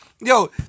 Yo